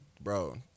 bro